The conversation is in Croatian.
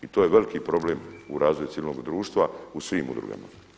I to je veliki problem u razvoju civilnoga društva u svim udrugama.